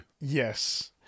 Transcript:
yes